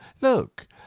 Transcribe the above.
look